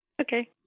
Okay